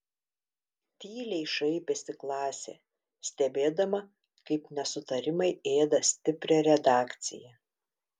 tyliai šaipėsi klasė stebėdama kaip nesutarimai ėda stiprią redakciją